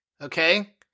Okay